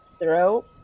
Throw